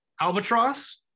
Albatross